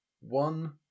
one